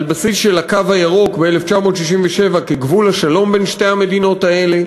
על בסיס של הקו הירוק וגבול 1967 כגבול השלום בין שתי המדינות האלה.